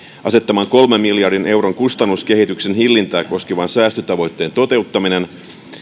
asettaman kolmen miljardin euron kustannuskehityksen hillintää koskevan säästötavoitteen toteuttaminen